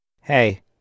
hey